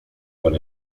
con